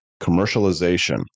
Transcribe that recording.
commercialization